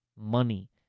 money